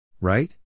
Right